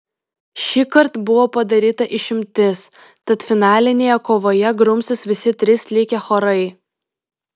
šįkart buvo padaryta išimtis tad finalinėje kovoje grumsis visi trys likę chorai